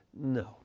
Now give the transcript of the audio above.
No